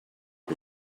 the